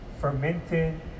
fermented